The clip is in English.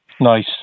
Nice